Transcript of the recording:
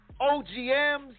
OGM's